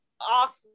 off